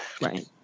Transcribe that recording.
Right